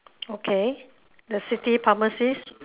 okay the city pharmacist